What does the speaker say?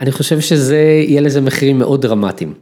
‫אני חושב שזה יהיה לזה ‫מחירים מאוד דרמטיים.